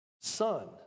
son